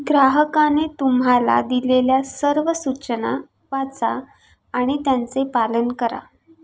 ग्राहकाने तुम्हाला दिलेल्या सर्व सूचना वाचा आणि त्यांचे पालन करा